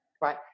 right